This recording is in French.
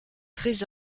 très